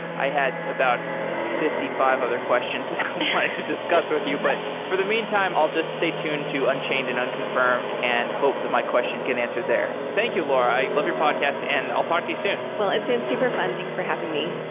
i had about fifty five other questions that i wanted to discuss with you. but for the meantime, i'll just stay tuned to unchained and unconfirmed and hope that my questions get answered there thank you, laura. i love your podcast and i'll talk to you soon well, it's been super fun. thanks for having me.